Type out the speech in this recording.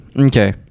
Okay